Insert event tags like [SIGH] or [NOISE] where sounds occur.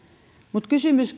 mutta kysymys [UNINTELLIGIBLE]